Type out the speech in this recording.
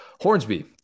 Hornsby